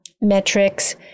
metrics